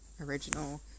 original